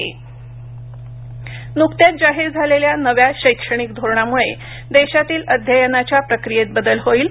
रावत नुकत्याच जाहीर झालेल्या नव्या शैक्षणिक धोरणामुळे देशातील अध्ययनाच्या प्रक्रियेत बदल होईल